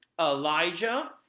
elijah